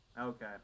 okay